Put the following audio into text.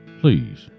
Please